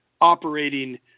operating